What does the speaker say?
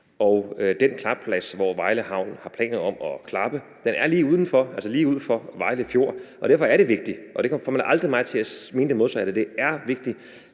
og den klapplads, hvor Vejle Havn har planer om at klappe, er lige ud for Vejle Fjord. Derfor er det vigtigt – og man får mig aldrig til at mene det modsatte – at